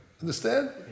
Understand